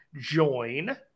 join